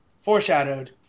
foreshadowed